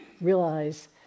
realize